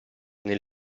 nel